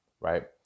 right